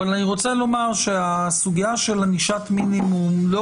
אבל אני רוצה לומר שהסוגיה של ענישת מינימום לא